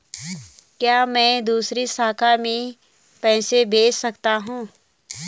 क्या मैं दूसरी शाखा में पैसे भेज सकता हूँ?